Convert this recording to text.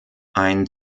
ein